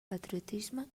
patriotisme